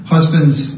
Husbands